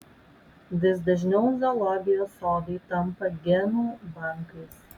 vis dažniau zoologijos sodai tampa genų bankais